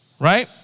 Right